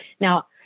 Now